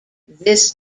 this